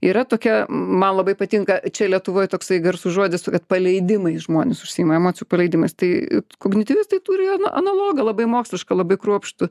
yra tokia man labai patinka čia lietuvoj toksai garsus žodis at paleidimui žmonės užsiima emocijų paleidimas tai kognityvistai turi analogą labai mokslišką labai kruopštų